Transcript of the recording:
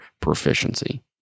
proficiency